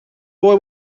boy